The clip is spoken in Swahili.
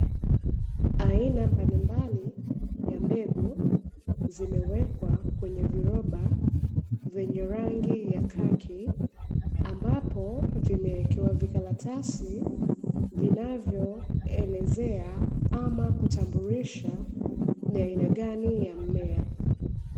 Aina mbalimbali ya mbegu zimewekwa kwenye viroba vyenye rangi ya kaki ambapo zimewekewa vikaratasi vinavyoelezea ama kutambulisha ni aina gani ya mmea.